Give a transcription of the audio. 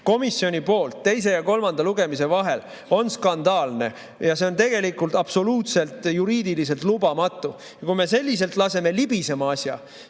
komisjonis teise ja kolmanda lugemise vahel on skandaalne ja see on tegelikult absoluutselt juriidiliselt lubamatu. Kui me selliselt laseme asja